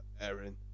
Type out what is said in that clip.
Aaron